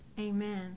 Amen